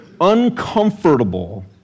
uncomfortable